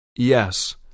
Yes